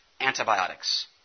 antibiotics